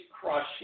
crush